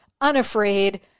unafraid